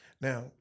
Now